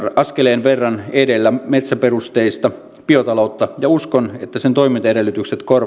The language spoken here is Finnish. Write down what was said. askeleen verran edellä metsäperusteista biotaloutta ja uskon että sen toimintaedellytykset